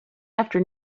after